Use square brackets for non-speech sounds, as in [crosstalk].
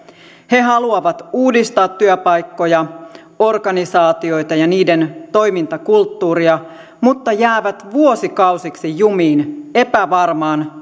he haluavat uudistaa työpaikkoja organisaatioita ja niiden toimintakulttuuria mutta jäävät vuosikausiksi jumiin epävarmaan [unintelligible]